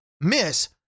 miss